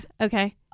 okay